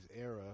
era